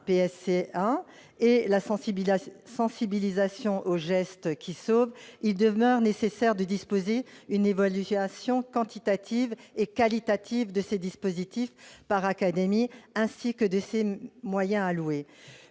et la sensibilisation aux gestes qui sauvent, il demeure nécessaire de disposer d'une évaluation quantitative et qualitative de ces dispositifs par académie, ainsi que des moyens alloués.